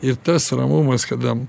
ir tas ramumas kada